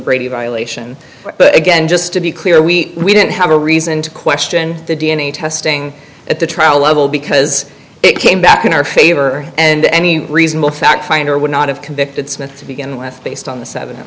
brady violation but again just to be clear we didn't have a reason to question the d n a testing at the trial level because it came back in our favor and any reasonable fact finder would not have convicted smith to begin with based on the seven